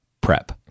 prep